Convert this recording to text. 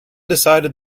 decided